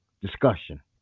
discussion